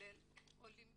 כולל עולים